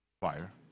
Fire